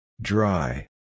Dry